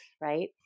right